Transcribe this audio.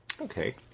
Okay